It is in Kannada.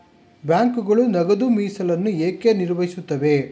ಬ್ಯಾಂಕುಗಳು ನಗದು ಮೀಸಲನ್ನು ಏಕೆ ನಿರ್ವಹಿಸುತ್ತವೆ?